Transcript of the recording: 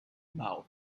mouth